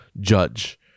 judge